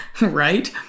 right